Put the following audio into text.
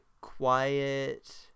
quiet